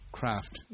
craft